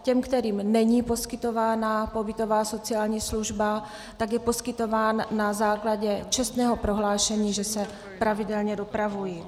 Těm, kterým není poskytována pobytová sociální služba, je poskytován na základě čestného prohlášení, že se pravidelně dopravují.